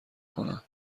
کنم